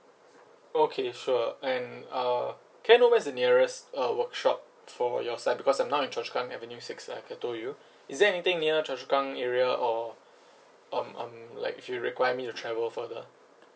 okay sure and uh can I know where is the nearest uh workshop for your side because I'm now at choa chu kang avenue six like I told you is there anything near choa chu kang area or um um like if you require me to travel further